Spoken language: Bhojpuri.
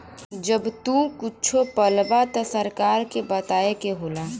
जब तू कुच्छो पलबा त सरकार के बताए के होला